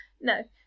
No